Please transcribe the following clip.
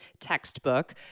textbook